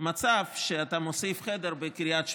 מצב שבו אתה מוסיף חדר בקריית שמונה.